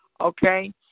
Okay